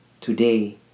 Today